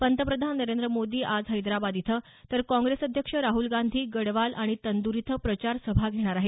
पंतप्रधान नरेंद्र मोदी आज हैदराबाद इथं तर काँग्रेस अध्यक्ष राहुल गांधी गडवाल आणि तनदूर इथं प्रचार सभा घेणार आहेत